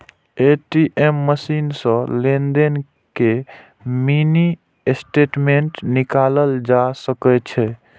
ATM machine सं लेनदेन के मिनी स्टेटमेंट निकालल जा सकै छै